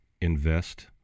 invest